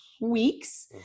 weeks